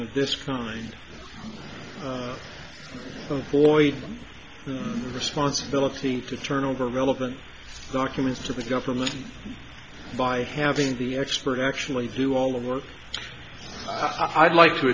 of this firm employee responsibility to turn over relevant documents to the government by having the expert actually do all the work i'd like to